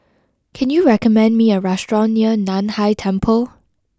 can you recommend me a restaurant near Nan Hai Temple